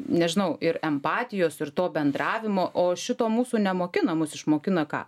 nežinau ir empatijos ir to bendravimo o šito mūsų nemokina mus išmokina ką